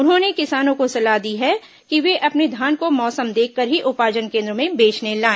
उन्होंने किसानों को सलाह दी है कि वे अपने धान को मौसम देखकर ही उपार्जन केन्द्रों में बेचने लाए